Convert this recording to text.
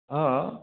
ହଁ